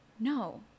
No